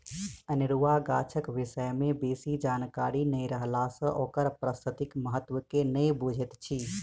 अनेरुआ गाछक विषय मे बेसी जानकारी नै रहला सँ ओकर पारिस्थितिक महत्व के नै बुझैत छी